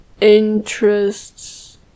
interests